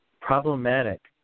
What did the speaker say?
problematic